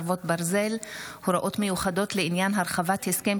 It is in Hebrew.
חרבות ברזל) (הוראות מיוחדות לעניין הרחבת עניין הסכם